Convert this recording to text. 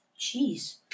Jeez